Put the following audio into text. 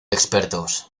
expertos